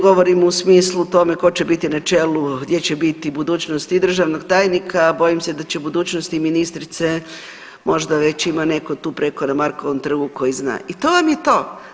Govorim u smislu tome ko će biti na čelu, gdje će biti budućnost i državnog tajnika, a bojim se da će budućnost i ministrice možda već ima neko tu preko na Markovom trgu koji zna i to vam je to.